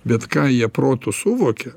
bet ką jie protu suvokia